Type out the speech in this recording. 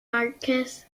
marcus